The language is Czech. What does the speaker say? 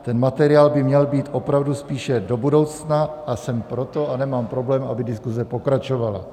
Ten materiál by měl být opravdu spíše do budoucna a jsem pro to a nemám problém, aby diskuse pokračovala.